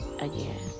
again